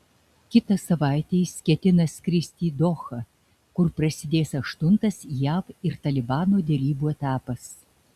kitą savaitę jis ketina skristi į dohą kur prasidės aštuntas jav ir talibano derybų etapas